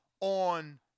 on